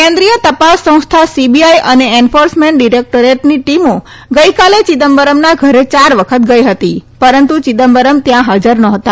કેન્દ્રીય તપાસ સંસ્થા સીબીઆઈ અને એન્ફોર્સમેન્ટ ડિરેક્ટોરેટની ટીમો ગઈકાલે ચિદમ્બરમના ઘરે યાર વખત ગઈ હતી પરંતુ ચિદમ્બર ત્યાં હાજર નહોતા